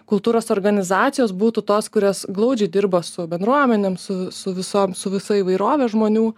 kultūros organizacijos būtų tos kurias glaudžiai dirba su bendruomenėm su su visom su visa įvairove žmonių